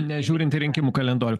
nežiūrint į rinkimų kalendorių